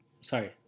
Sorry